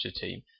team